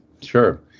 sure